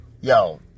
yo